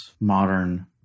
modern